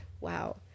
wow